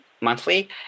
monthly